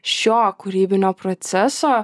šio kūrybinio proceso